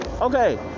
okay